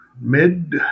mid